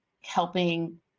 helping